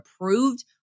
approved